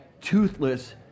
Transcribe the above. toothless